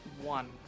one